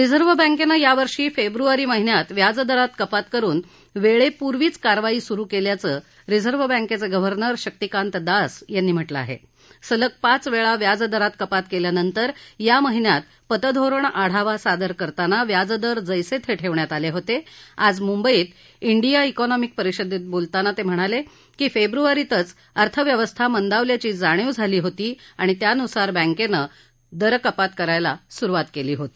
reserve बँक्ना ग्रावर्षी फब्रुवारी महिन्यात व्याजदरात कपात करून वळपूर्वीच कारवाई सुरु कल्प्राचं रिजर्व बँक्चा गेव्हर्नर शक्तिकांत दास यांनी म्हटलं आहा सलग पाच वळी व्याजदरात कपात क्ल्यिनंतर या महिन्यात पतधोरण आढावा सादर करताना व्याजदर जैसश्रितिक्षियात आलव्वीत आज मुंबईत डिया क्रॉनॉमिक परिषदक्ष बोलताना त उम्हणाल क्री फब्रुवारीतच अर्थव्यवस्था मंदावल्याची जाणीव झाली होती आणि त्यानुसार बँक्निक्रिपात करायला सुरुवात कली होती